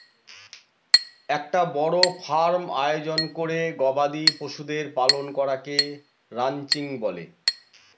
একটা বড় ফার্ম আয়োজন করে গবাদি পশুদের পালন করাকে রানচিং বলে